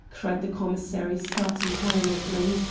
cried the commissary, starting violently.